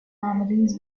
families